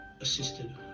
assisted